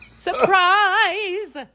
Surprise